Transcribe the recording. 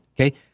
okay